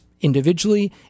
individually